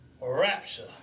rapture